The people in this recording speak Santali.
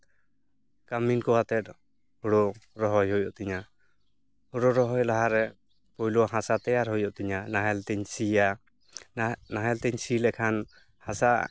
ᱠᱟᱹᱢᱤᱱ ᱠᱚ ᱟᱛᱮᱫ ᱦᱳᱲᱳ ᱨᱚᱦᱚᱭ ᱦᱩᱭᱩᱜ ᱛᱤᱧᱟᱹ ᱦᱳᱲᱳ ᱨᱚᱦᱚᱭ ᱞᱟᱦᱟᱨᱮ ᱯᱳᱭᱞᱳ ᱦᱟᱥᱟ ᱛᱮᱭᱟᱨ ᱦᱩᱭᱩᱜ ᱛᱤᱧᱟᱹ ᱱᱟᱦᱮᱞ ᱛᱤᱧ ᱥᱤᱭᱟ ᱱᱟᱦᱮᱞ ᱛᱤᱧ ᱥᱤ ᱞᱮᱠᱷᱟᱱ ᱦᱟᱥᱟ